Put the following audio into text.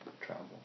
travel